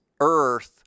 Earth